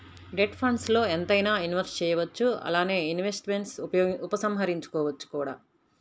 debt ఫండ్స్ల్లో ఎంతైనా invest చేయవచ్చు అలానే ఇన్వెస్ట్మెంట్స్ను ఉపసంహరించుకోవచ్చు కూడా